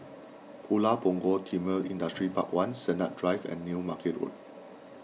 Pulau Punggol Timor Industrial Park one Sennett Drive and New Market Road